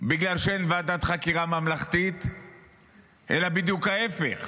בגלל שאין ועדת חקירה ממלכתית אלא בדיוק ההפך,